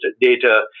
data